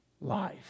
life